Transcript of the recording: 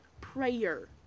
Prayer